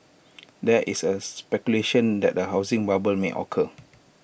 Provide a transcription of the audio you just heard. there is A speculation that A housing bubble may occur